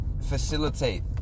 facilitate